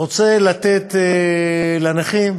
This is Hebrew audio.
רוצה לתת לנכים